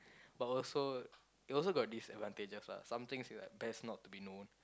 but also it also got disadvantages lah some things is like best not to be known